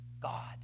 God